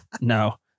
no